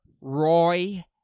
Roy